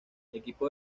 equipo